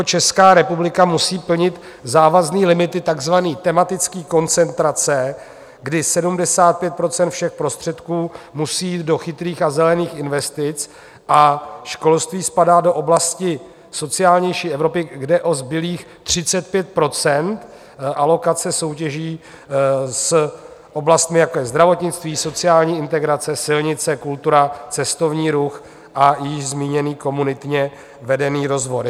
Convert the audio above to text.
Česká republika musí plnit závazné limity takzvané tematické koncentrace, kdy 75 % všech prostředků musí jít do chytrých a zelených investic, a školství spadá do oblasti sociálnější Evropy, kde o zbylých 35 % alokace soutěží s oblastmi, jako je zdravotnictví, sociální integrace, silnice, kultura, cestovní ruch a již zmíněný komunitně vedený rozvoj.